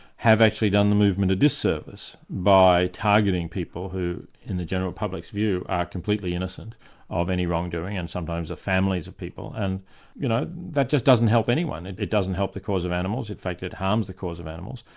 have actually done the movement a disservice by targeting people who in the general public's view are completely innocent of any wrongdoing, and sometimes the families of people. and you know that just doesn't help anyone. and it doesn't help the cause of animals, in fact it harms the cause of animals,